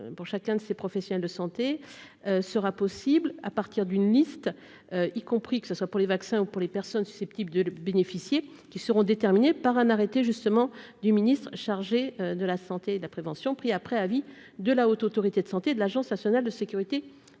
pour chacun de ces professionnels de santé sera possible à partir d'une liste, y compris, que ce soit pour les vaccins ou pour les personnes susceptibles de bénéficier qui seront déterminées par un arrêté justement du ministre chargé de la santé et de la prévention, pris après avis de la Haute autorité de santé de l'Agence nationale de sécurité.